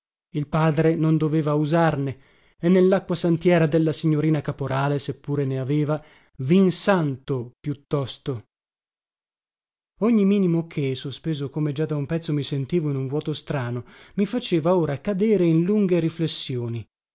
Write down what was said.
il padre non doveva usarne e nellacquasantiera della signorina caporale seppure ne aveva vin santo piuttosto ogni minimo che sospeso come già da un pezzo mi sentivo in un vuoto strano mi faceva ora cadere in lunghe riflessioni